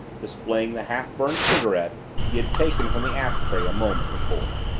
displaying the half-burned cigarette he had taken from the ash tray a moment before.